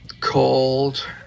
called